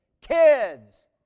Kids